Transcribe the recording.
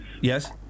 Yes